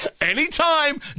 anytime